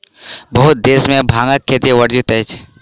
बहुत देश में भांगक खेती वर्जित अछि